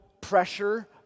pressure